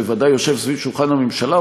בוודאי יושב סביב שולחן הממשלה,